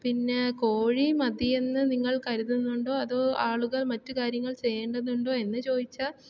പിന്നെ കോഴി മതിയെന്നു നിങ്ങൾ കരുതുന്നുണ്ടോ അതോ ആളുകൾ മറ്റു കാര്യങ്ങൾ ചെയ്യേണ്ടതുണ്ടോ എന്നു ചോദിച്ചാൽ